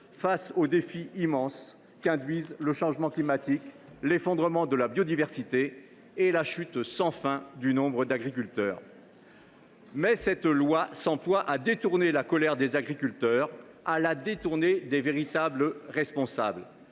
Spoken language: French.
face aux défis immenses qu’entraînent le changement climatique, l’effondrement de la biodiversité et la chute sans fin du nombre d’agriculteurs. Mais ce texte s’emploie à détourner la colère des agriculteurs des véritables responsables.